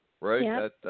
Right